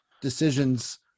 decisions